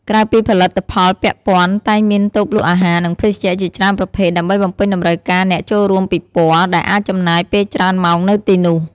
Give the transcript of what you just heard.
ក្រៅពីផលិតផលពាក់ព័ន្ធ តែងមានតូបលក់អាហារ និងភេសជ្ជៈជាច្រើនប្រភេទ ដើម្បីបំពេញតម្រូវការអ្នកចូលរួមពិព័រណ៍ ដែលអាចចំណាយពេលច្រើនម៉ោងនៅទីនោះ។